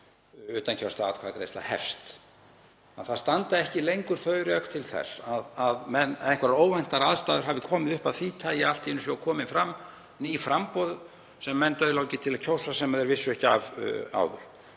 utankjörstaðaatkvæðagreiðsla hefst. Það standa ekki lengur þau rök til þess að einhverjar óvæntar aðstæður hafi komið upp af því tagi að allt í einu séu komin fram ný framboð sem menn dauðlangi til að kjósa sem þeir vissu ekki af áður.